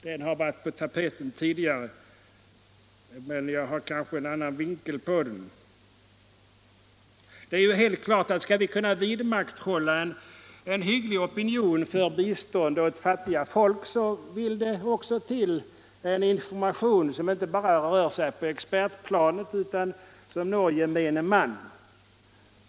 Den har varit på tapeten tidigare. Men jag ser kanske informationen ur en annan vinkel. Det är helt klart att om vi skall kunna vidmakthålla en hygglig opinion för bistånd åt fattiga folk, så vill det också till en information som inte bara rör sig på expertplanet utan också når gemene man.